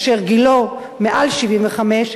אשר גילו מעל 75,